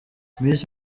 miss